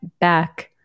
back